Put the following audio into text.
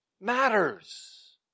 matters